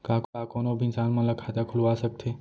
का कोनो भी इंसान मन ला खाता खुलवा सकथे?